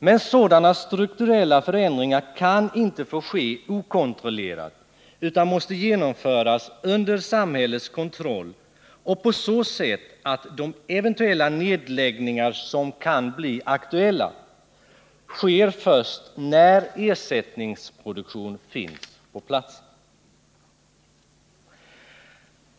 Men sådana strukturella förändringar kan inte få ske okontrollerat utan måste genomföras under samhällets kontroll och på så sätt att de eventuella nedläggningar som kan bli aktuella sker först när ersättningsproduktion finns på platsen.